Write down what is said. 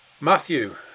Matthew